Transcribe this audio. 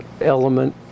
element